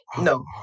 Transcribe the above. No